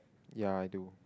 ya I do